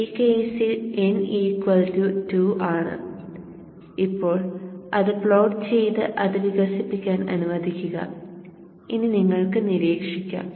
ഈ കേസിൽ n 2 ആണ് ഇപ്പോൾ അത് പ്ലോട്ട് ചെയ്ത് അത് വികസിപ്പിക്കാൻ അനുവദിക്കുക ഇനി നിങ്ങൾക്ക് നിരീക്ഷിക്കാം